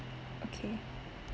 okay